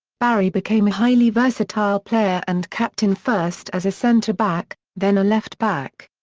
barry became a highly versatile player and captain first as a centre-back, then a left-back.